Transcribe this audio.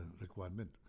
requirement